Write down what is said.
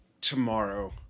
tomorrow